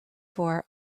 for